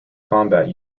combat